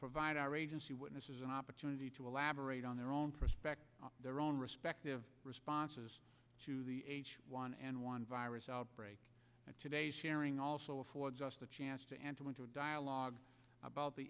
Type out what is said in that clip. provide our agency witnesses an opportunity to elaborate on their own perspective their own respective responses to the h one n one virus outbreak today also affords us the chance to enter into a dialogue about the